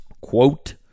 Quote